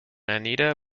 anita